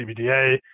CBDA